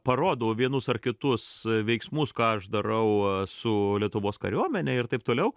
parodau vienus ar kitus veiksmus ką aš darau su lietuvos kariuomene ir taip toliau